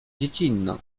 dziecinną